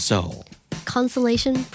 Consolation